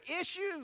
issues